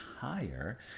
higher